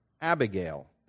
Abigail